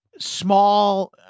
small